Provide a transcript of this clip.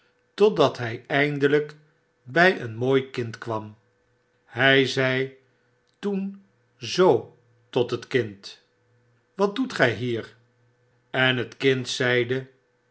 totdat hy eindelyk by een mooi kind kwam hy zei toen zoo tot het kind wat doet gy hier en het kind zeide